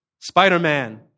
Spider-Man